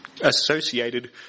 associated